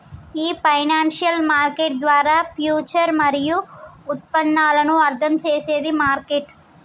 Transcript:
ఈ financial market ద్వారా future మరియు ఉత్పన్నాలను అర్థం చేసేది మార్కెట్